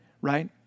right